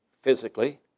physically